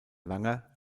langer